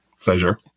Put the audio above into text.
Pleasure